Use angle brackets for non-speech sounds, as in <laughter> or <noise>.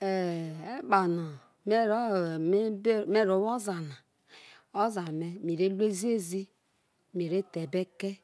<unintelligible> epano me be me ro wo oza na, oza me me re ruei ziezi me re the ebe kei